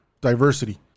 diversity